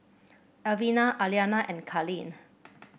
Alvina Aliana and Kalyn